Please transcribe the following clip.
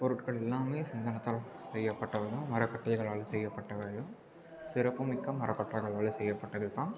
பொருட்கள் எல்லாமே சந்தனத்தால் செய்யப்பட்டவை தான் மரக்கட்டைகளால் செய்யப்பட்டவைகள் சிறப்பு மிக்க மரக்கட்டைகளால் செய்யப்பட்டது தான்